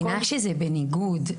את מבינה שזה בניגוד?